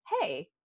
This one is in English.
hey